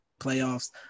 playoffs